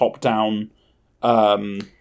top-down